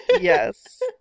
yes